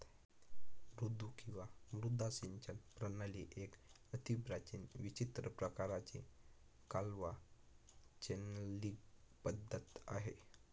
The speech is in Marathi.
मुद्दू किंवा मद्दा सिंचन प्रणाली एक अतिप्राचीन विचित्र प्रकाराची कालवा चॅनलींग पद्धती आहे